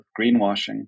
greenwashing